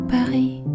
Paris